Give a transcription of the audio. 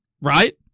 right